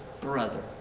brother